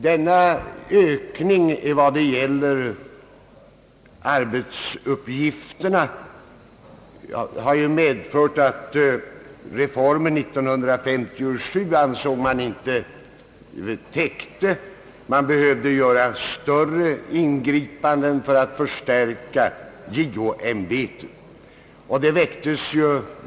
Denna ökning av arbetsuppgifterna har medfört att reformen år 1957 inte ansetts vara tillräcklig, utan att man behövde göra större ingripanden för att förstärka riksdagens ombudsmannaämbeten.